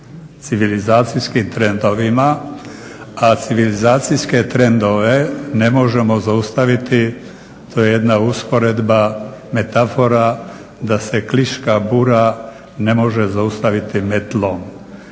civilizacijskim trendovima a civilizacijske trendove ne možemo zaustaviti, to je jedna usporedba, metafora da se "Kliška bude ne može zaustaviti metlom."